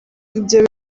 ibyo